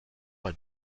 bei